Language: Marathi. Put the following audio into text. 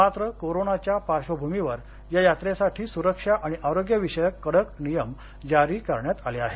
मात्र कोरोनाच्या पार्बभूमीवर या यात्रेसाठी सुरक्षा आणि आरोग्यविषयक कडक नियम जारी करण्यात आले आहेत